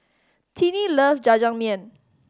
Tinnie loves Jajangmyeon